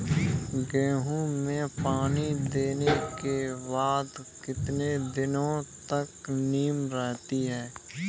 गेहूँ में पानी देने के बाद कितने दिनो तक नमी रहती है?